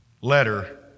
letter